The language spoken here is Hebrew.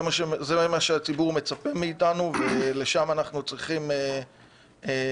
זה מה שהציבור מצפה מאיתנו ולשם אנחנו צריכים לחתוך.